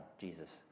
Jesus